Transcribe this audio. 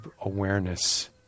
awareness